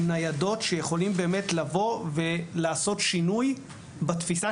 עם ניידות שיכולים באמת לבוא ולעשות שינוי בתפיסה